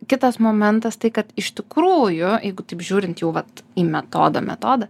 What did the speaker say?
kitas momentas tai kad iš tikrųjų jeigu taip žiūrint jau vat į metodo metodą